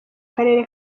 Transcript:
karere